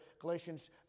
Galatians